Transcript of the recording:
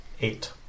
Eight